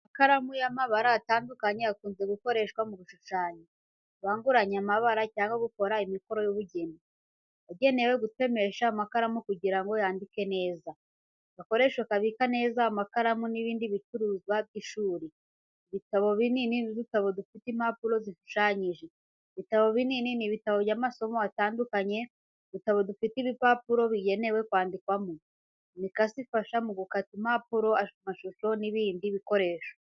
Amakaramu y’amabara atandukanye, akunze gukoreshwa mu gushushanya, kubanguranya amabara, cyangwa gukora imikoro y’ubugeni. Yagenewe gutemesha amakaramu kugira ngo yandike neza. Agakoresho kabika neza amakaramu n’ibindi bicuruzwa by’ishuri. Ibitabo binini n’udutabo dufite impapuro zishushanyije. Ibitabo binini ni ibitabo by’amasomo atandukanye. Udutabo dufite ibipapuro bigenewe kwandikwamo. Imikasi ifasha mu gukata impapuro, amashusho, n’ibindi bikoresho.